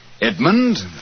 Edmund